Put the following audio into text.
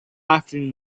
afternoon